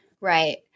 Right